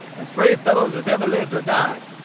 as brave fellows as ever lived or died.